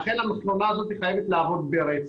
לכן המכונה הזאת חייבת לעבוד ברצף.